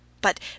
But